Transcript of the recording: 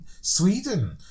Sweden